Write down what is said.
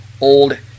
old